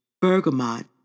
Bergamot